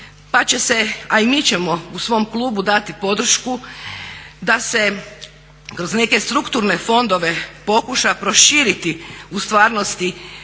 osobama, a i mi ćemo u svom klubu dati podršku da se kroz neke strukturne fondove pokuša proširiti krug i